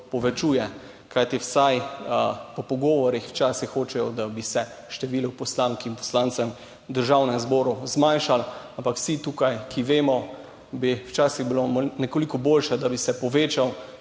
povečuje. Kajti, vsaj po pogovorih včasih hočejo, da bi se število poslank in poslancev v Državnem zboru zmanjšalo. Ampak vsi tukaj, ki vemo, bi včasih bilo nekoliko boljše, da bi se povečal,